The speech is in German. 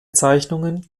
zeichnungen